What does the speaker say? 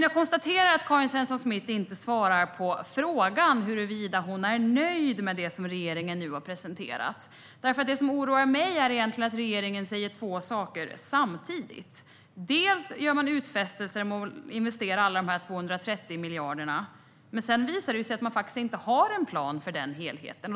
Jag konstaterar att Karin Svensson Smith inte svarade på frågan huruvida hon är nöjd med det som regeringen nu har presenterat. Det som oroar mig är att regeringen säger två saker samtidigt. Man gör utfästelser om att investera alla de 230 miljarderna, men sedan visar det sig att man inte har en plan för helheten.